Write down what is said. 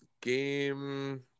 game